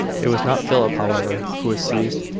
it was not philip, however, who was seized.